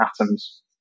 atoms